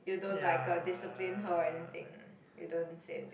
you don't like uh discipline her or anything you don't say anything